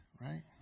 right